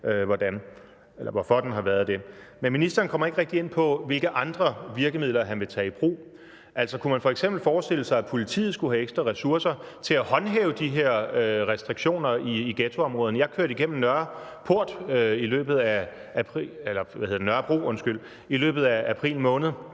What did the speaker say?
Men ministeren kommer ikke rigtig ind på, hvilke andre virkemidler han vil tage i brug. Altså, kunne man f.eks. forestille sig, at politiet skulle have ekstra ressourcer til at håndhæve de her restriktioner i ghettoområderne? Jeg kørte igennem Nørrebro i løbet af april måned